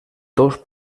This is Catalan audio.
dos